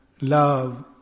love